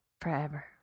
Forever